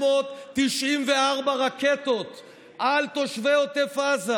4,594 רקטות על תושבי עוטף עזה